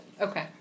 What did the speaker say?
Okay